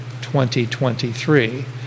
2023